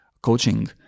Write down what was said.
coaching